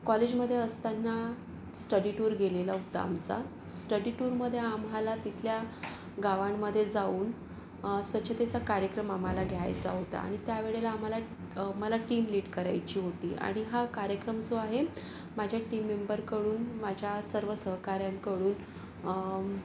कॉलेजमध्ये असताना study tour गेलेला होता आमचा स्टडी टूरमध्ये आम्हाला तिथल्या गावांमध्ये जाऊन स्वच्छतेचा कार्यक्रम आम्हाला घ्यायचा होता आणि त्यावेळेला आम्हाला मला टीम लीड करायची होती आणि हा कार्यक्रम जो आहे माझ्या टीम मेंबरकडून माझ्या सर्व सहकाऱ्यांकडून